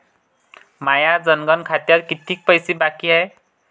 माया जनधन खात्यात कितीक पैसे बाकी हाय?